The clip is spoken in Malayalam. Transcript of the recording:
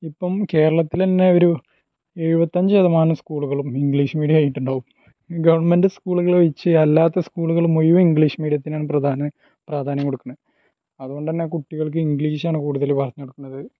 ഇപ്പം കേരളത്തിൽ തന്നെ ഒരു എഴുപത്തി അഞ്ച് ശതമാനം സ്കൂളുകളും ഇങ്ക്ളീഷ് മീഡിയം ആയിട്ടുണ്ടാകും ഗെവണ്മെന്റ് സ്കൂളുകളുകൾ ഒഴിച്ച് അല്ലാത്ത സ്കൂളുകൾ മുഴുവന് ഇങ്ക്ളീഷ് മീഡിയത്തിനാണ് പ്രധാന പ്രാധാന്യം കൊടുക്കുന്നത് അതുകൊണ്ട് തന്നെ കുട്ടികള്ക്ക് ഇങ്ക്ളീഷ് ആണ് കൂടുതൽ പറഞ്ഞു കൊടുക്കുന്നത്